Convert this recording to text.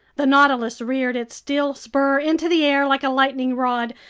the nautilus reared its steel spur into the air like a lightning rod,